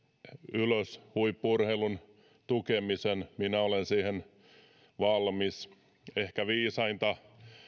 ylös huippu urheilun tukemisen minä olen siihen valmis ehkä viisainta